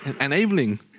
enabling